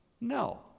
No